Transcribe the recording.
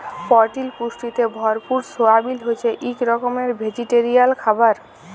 পরটিল পুষ্টিতে ভরপুর সয়াবিল হছে ইক রকমের ভেজিটেরিয়াল খাবার